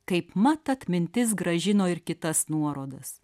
kaipmat atmintis grąžino ir kitas nuorodas